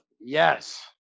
Yes